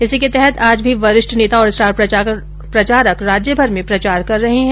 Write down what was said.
इसी के तहत आज भी वरिष्ठ नेता और स्टार प्रचारक राज्यभर में व्यापक प्रचार कर रहे है